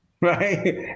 Right